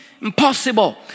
impossible